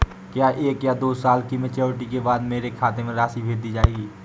क्या एक या दो साल की मैच्योरिटी के बाद मेरे खाते में राशि भेज दी जाएगी?